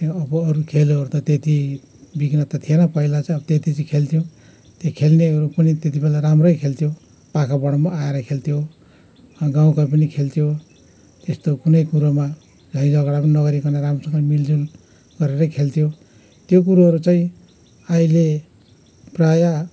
अब अरू खेलहरू त त्यति बिघ्न त थिएन पहिला चाहिँ अब त्यति चाहिँ खेल्थ्यौँ यो खेल्नेहरू पनि त्यतिबेला राम्रै खेल्थ्यो पाखाबाट पनि आएर खेल्थ्यो गाउँका पनि खेल्थ्यो त्यस्तो कुनै कुरोमा झैँ झगडा पनि नगरिकन राम्रोसँगले मिलजुल गरेरै खेल्थ्यो त्यो कुरोहरू चाहिँ अहिले प्रायः